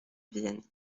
vienne